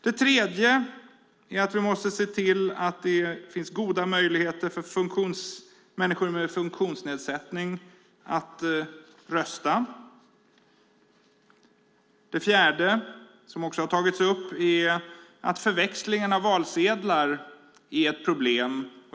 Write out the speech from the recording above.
Det tredje är att vi måste se till att det finns goda möjligheter för människor med funktionsnedsättning att rösta. Det fjärde, som också har tagits upp, är att förväxlingen av valsedlar är ett problem.